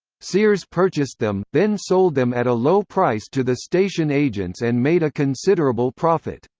sears purchased them, then sold them at a low price to the station agents and made a considerable profit.